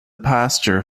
pastor